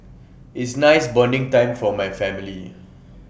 is nice bonding time for my family